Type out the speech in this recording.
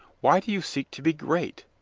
why do you seek to be great?